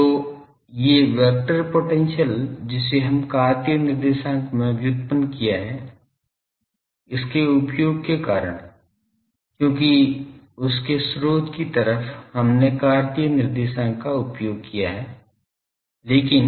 तो ये vector potential जिसे हम कार्तीय निर्देशांक में व्युत्पन्न किया इसके उपयोग के कारण क्योंकि उसके स्रोत की तरफ हमने कार्तीय निर्देशांक का उपयोग किया है लेकिन